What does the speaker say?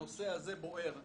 הנושא הזה בוער.